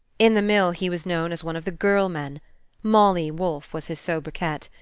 in the mill he was known as one of the girl-men molly wolfe was his sobriquet.